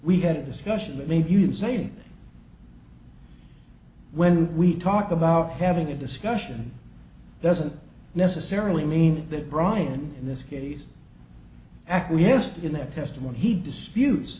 we had a discussion that made you insane when we talk about having a discussion doesn't necessarily mean that brian in this case acquiesced in that testimony he disputes